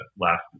last